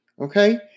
Okay